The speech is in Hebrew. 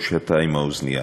אף-על-פי שאתה עם האוזנייה.